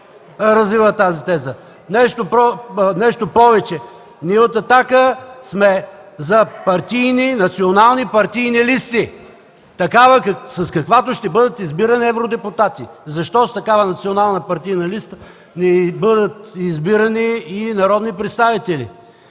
развиват тази теза. Нещо повече, ние от „Атака” сме за национални партийни листи – такава, с каквато ще бъдат избирани евродепутати. Защо с такава национална партийна листа не бъдат избирани и народни представители?